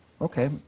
Okay